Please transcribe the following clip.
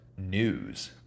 news